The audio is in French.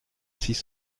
six